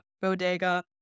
Bodega